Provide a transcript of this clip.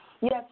Yes